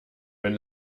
wenn